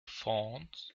fonds